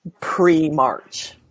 pre-March